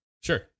Sure